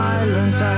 Silent